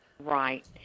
right